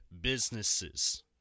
businesses